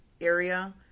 area